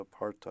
apartheid